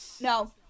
No